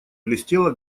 блестела